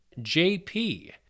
JP